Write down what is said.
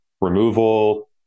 removal